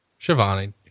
Shivani